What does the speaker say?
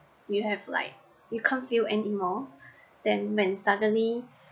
you have like you can't feel anymore then when suddenly